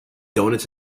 donuts